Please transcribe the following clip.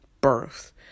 birth